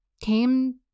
came